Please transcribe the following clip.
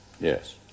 Yes